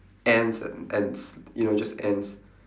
ends end ends~ you know just ends